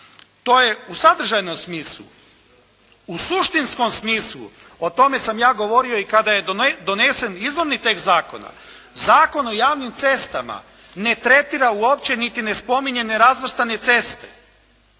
To je u sadržajnom smislu. U suštinskom smislu, o tome sam ja govorio i kada je donesen izvorni tekst zakona, Zakon o javnim cestama ne tretira uopće niti ne spominje nerazvrstane ceste.